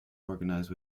organise